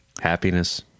Happiness